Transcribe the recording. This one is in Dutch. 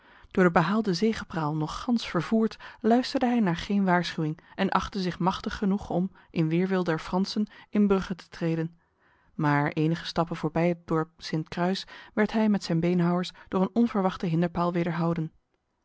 door de behaalde zegepraal nog gans vervoerd luisterde hij naar geen waarschuwing en achtte zich machtig genoeg om in weerwil der fransen in brugge te treden maar enige stappen voorbij het dorp sint kruis werd hij met zijn beenhouwers door een onverwachte hinderpaal wederhouden